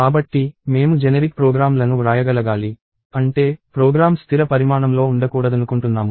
కాబట్టి మేము జెనెరిక్ ప్రోగ్రామ్లను వ్రాయగలగాలి అంటే ప్రోగ్రామ్ స్థిర పరిమాణంలో ఉండకూడదనుకుంటున్నాము